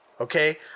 Okay